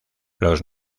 los